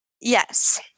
Yes